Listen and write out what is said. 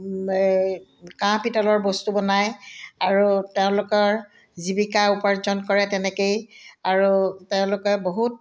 এই কাঁহ পিতলৰ বস্তু বনায় আৰু তেওঁলোকৰ জীৱিকা উপাৰ্জন কৰে তেনেকেই আৰু তেওঁলোকে বহুত